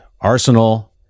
Arsenal